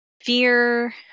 Fear